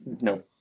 no